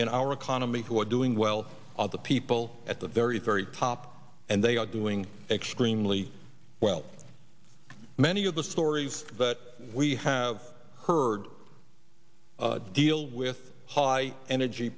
in our economy who are doing well are the people at the very very top and they are doing extremely well many of the stories that we have heard deal with high energy